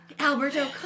Alberto